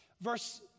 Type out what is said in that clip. Verse